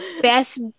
best